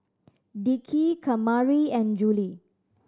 Dickie Kamari and Juli